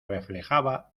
reflejaba